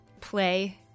play